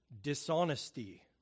dishonesty